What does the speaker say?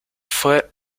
fue